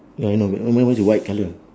ya I know it's only the white colour